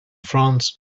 france